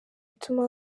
ituma